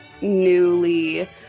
newly